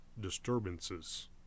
disturbances